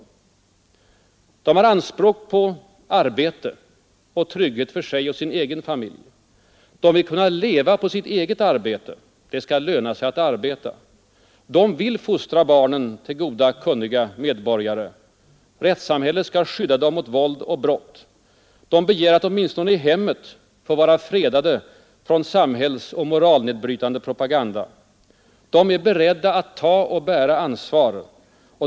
De har anspråk på arbete och trygghet för sig och sin egen familj. De vill kunna leva på sitt eget arbete; det skall löna sig att arbeta. De vill fostra barnen till goda, kunniga medborgare. Rättssamhället skall skydda dem mot våld och brott. De begär att åtminstone i hemmet få vara fredade från samhällsoch moralnedbrytande propaganda. De är beredda va få vara att ta och bära ansvar.